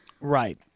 Right